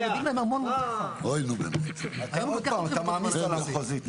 עוד פעם אתה מעמיס ל המחוזית.